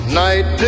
night